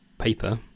paper